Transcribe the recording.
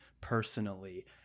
personally